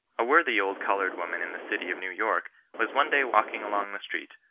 a worthy old coloured woman in the city of new york was one day walking along the street,